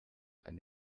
eine